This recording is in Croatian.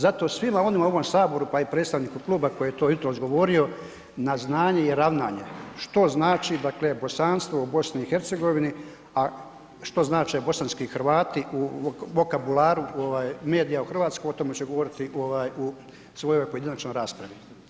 Zato svima onima u ovom Saboru pa i predstavniku kluba koji je to jutros govorio na znanje i ravnanje što znači dakle bosanstvo u BiH a što znače bosanski Hrvati u vokabularu medija u Hrvatskoj o tome ću govoriti u svojoj pojedinačnoj raspravi.